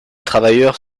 travailleurs